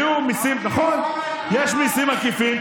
היו מיסים, פורר, נכון, יש מיסים עקיפים.